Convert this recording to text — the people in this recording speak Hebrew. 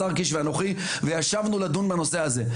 השר קיש ואנוכי וישבנו לדון בנושא הזה,